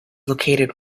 located